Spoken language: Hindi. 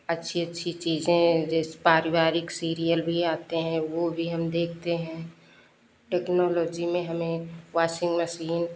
अच्छी अच्छी चीज़ें जैसे पारिवारिक सीरियल भी आते हैं वो भी हम देखते हैं टेक्नोलॉजी में हमें वाशिंग मशीन